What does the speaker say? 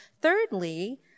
thirdly